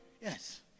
Yes